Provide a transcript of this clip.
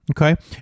Okay